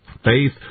Faith